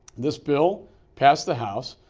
this bill passed the house,